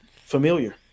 familiar